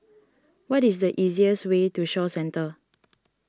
what is the easiest way to Shaw Centre